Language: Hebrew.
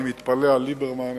אני מתפלא על ליברמן,